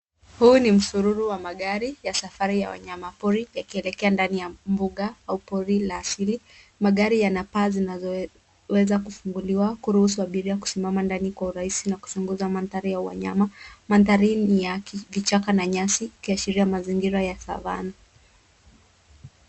Huu ni msururu wa magari ya safari ya wanyama pori yakielekea ndani ya mbuga au pori la asili. Magari yana paa zinazoweza kufunguliwa , kuruhusu abiria kusimama ndani kwa urahisi na kuchunguza mandhari ya wanyama. Mandhari ni ya vichaka na nyasi, yakiashiria mazingira ya Savanna.